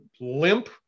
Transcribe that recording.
limp